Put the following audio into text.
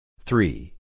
Three